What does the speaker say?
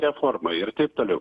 reformą ir taip toliau